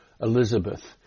Elizabeth